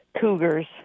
Cougars